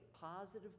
positive